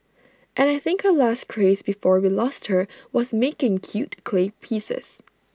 and I think her last craze before we lost her was making cute clay pieces